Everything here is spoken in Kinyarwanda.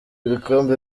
ibikombe